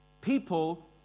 people